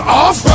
off